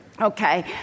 okay